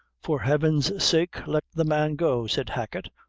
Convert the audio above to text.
for heaven's sake, let the man go, said hacket,